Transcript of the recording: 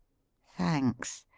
thanks.